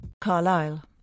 Carlisle